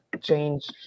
change